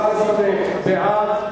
14 בעד,